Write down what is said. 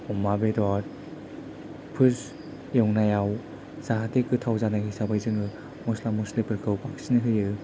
अमा बेदरफोर एवनायाव जाहाथे गोथाव जानाय हिसाबै जोङो मस्ला मस्लिफोरखौ बांसिन होयो